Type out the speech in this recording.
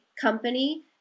company